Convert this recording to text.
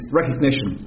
recognition